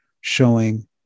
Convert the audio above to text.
showing